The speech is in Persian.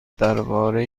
درباره